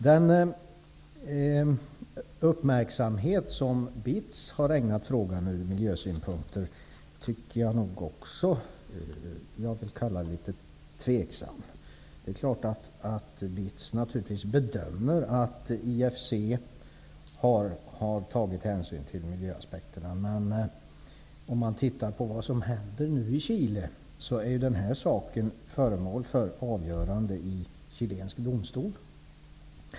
Den uppmärksamhet som BITS ur miljösynpunkt har ägnat frågan vill jag nog kalla något tvivelaktig. BITS bedömning är naturligtvis att IFC har tagit hänsyn till miljöaspekterna. Men om man undersöker vad som händer i Chile nu, finner man att denna fråga är föremål för avgörande i chilensk domstol.